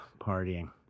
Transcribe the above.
partying